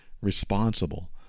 responsible